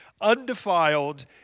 undefiled